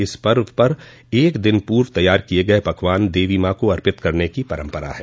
इस पर्व पर एक दिन पूर्व तैयार किये गये पकवान देवी मां को अर्पित करने की परंपरा है